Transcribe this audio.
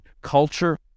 Culture